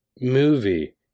movie